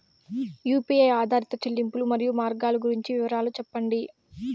UPI ఆధారిత చెల్లింపులు, మరియు మార్గాలు గురించి వివరాలు సెప్పండి?